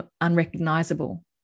unrecognizable